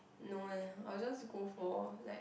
no leh I will just go for like